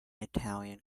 italian